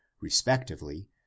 respectively